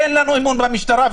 אין לנו אמון במשטרה,